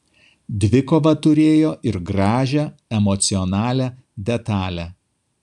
dvikova turėjo ir gražią emocionalią detalę